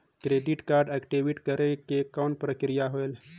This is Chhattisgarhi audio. क्रेडिट कारड एक्टिव करे के कौन प्रक्रिया हवे?